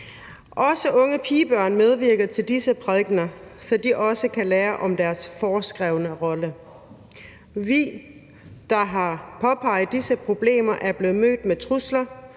Også unge pigebørn deltager i disse prædikener, så de også kan lære om deres foreskrevne rolle. Vi, der har påpeget disse problemer, er blevet mødt med trusler,